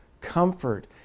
comfort